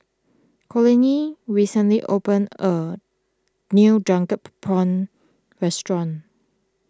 Conley recently opened a new Drunk Prawns restaurant